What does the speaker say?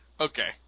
Okay